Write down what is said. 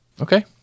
Okay